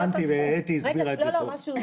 הבנתי, אתי הסבירה את זה טוב.